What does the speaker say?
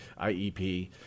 IEP